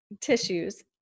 tissues